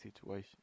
situation